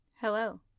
Hello